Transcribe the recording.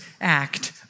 act